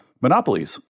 monopolies